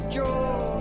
joy